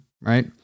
right